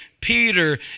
Peter